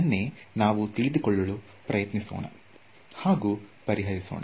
ಇದನ್ನೇ ನಾವು ತಿಳಿದುಕೊಳ್ಳಲು ಪ್ರಯತ್ನಿಸೋಣ ಹಾಗೂ ಪರಿಹರಿಸೋಣ